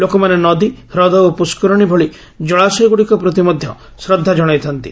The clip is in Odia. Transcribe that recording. ଲୋକମାନେ ନଦୀ ହ୍ରଦ ଓ ପୁଷ୍କରିଣୀ ଭଳି ଜଳାଶୟଗୁଡ଼ିକ ପ୍ରତି ମଧ୍ୟ ଶ୍ରଦ୍ଧା ଜଣାଇଥାନ୍ତି